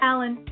Alan